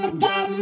Again